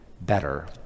better